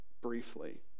briefly